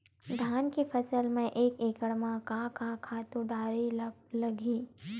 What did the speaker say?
धान के फसल म एक एकड़ म का का खातु डारेल लगही?